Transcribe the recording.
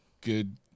good